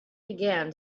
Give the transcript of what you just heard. began